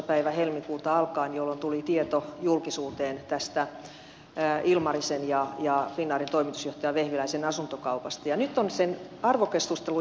päivä helmikuuta alkaen jolloin tuli tieto julkisuuteen tästä ilmarisen ja finnairin toimitusjohtaja vehviläisen asuntokaupasta ja nyt on sen arvokeskustelun johtopäätösten aika